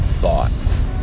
thoughts